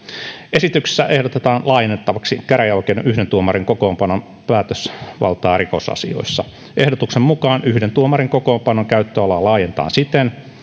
esityksessä ehdotetaan laajennettavaksi käräjäoikeuden yhden tuomarin kokoonpanon päätösvaltaa rikosasioissa ehdotuksen mukaan yhden tuomarin kokoonpanon käyttöalaa laajennetaan siten